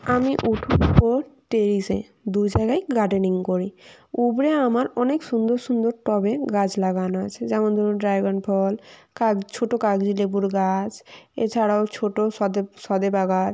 আমি উঠোন ও টেরেসে দুজায়গায়ই গার্ডেনিং করি উপরে আমার অনেক সুন্দর সুন্দর টবে গাছ লাগানো আছে যেমন ধরুন ড্ৰাগন ফল ছোটো কাগজি লেবুর গাছ এছাড়াও ছোটো সবেদা গাছ